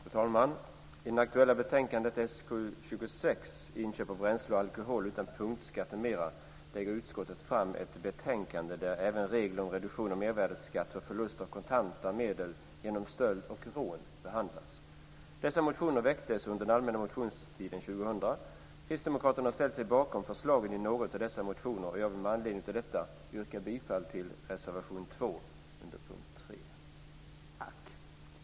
Fru talman! I det aktuella betänkandet SkU26, Inköp av bränsle och alkohol utan punktskatt, m.m., lägger utskottet fram förslag där även regler om reduktion av mervärdesskatt för förlust av kontanta medel genom stöld och rån behandlas. Dessa motioner väcktes under den allmänna motionstiden 2000. Kristdemokraterna har ställt sig bakom förslagen i några av dessa motioner. Med anledning av detta vill jag yrka bifall till reservation 2 under punkt 3.